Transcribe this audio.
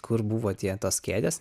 kur buvo tiem tos kėdės